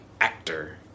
actor